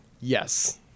yes